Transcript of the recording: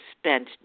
spent